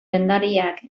dendariak